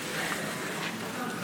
נמשיך.